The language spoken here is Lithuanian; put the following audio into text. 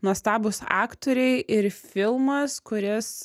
nuostabūs aktoriai ir filmas kuris